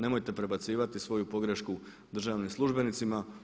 Nemojte prebacivati svoju pogrešku državnim službenicima.